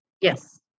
Yes